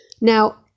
Now